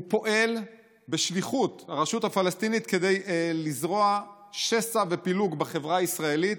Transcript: הוא פועל בשליחות הרשות הפלסטינית כדי לזרוע שסע ופילוג בחברה הישראלית.